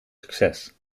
succes